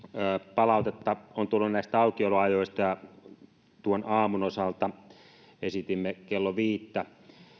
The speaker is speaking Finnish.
palautetta on tullut näistä aukioloajoista ja aamun osalta esitimme kello viittä